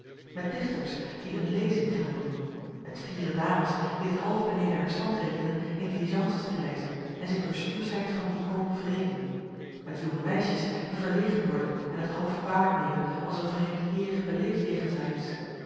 met dichters die een lezing gaan doen met fiere dames die t half beneden haar stand rekenen in diligences te reizen en zich door stuurschheid van dien hoon wreken met jonge meisjes die verlegen worden en t half kwalijk nemen als een vreemd heer beleefd jegens haar is